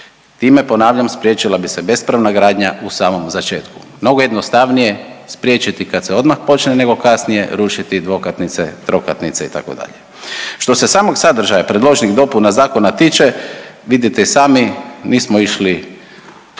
Time, ponavljam, spriječila bi se bespravna gradnja u samom začetku. Mnogo jednostavnije spriječiti kada se odmah počne nego kasnije rušiti dvokatnice, trokatnice itd. Što se samog sadržaja predloženih dopuna zakona tiče vidite i sami nismo išli